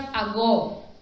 ago